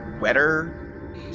wetter